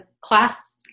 class